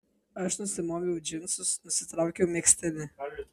aš nusimoviau džinsus nusitraukiau megztinį